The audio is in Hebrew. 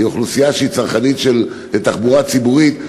היא אוכלוסייה שהיא צרכנית של תחבורה ציבורית,